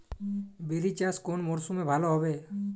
বিরি চাষ কোন মরশুমে ভালো হবে?